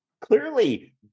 clearly